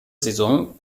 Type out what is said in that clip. saison